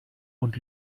und